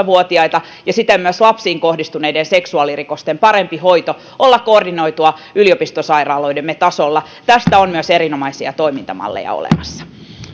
vuotiaita ja voisiko siten myös lapsiin kohdistuneiden seksuaalirikosten parempi hoito olla koordinoitua yliopistosairaaloidemme tasolla tästä on myös erinomaisia toimintamalleja olemassa